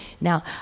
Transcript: now